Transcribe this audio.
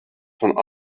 von